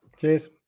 Cheers